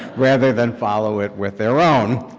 rather than follow it with their own.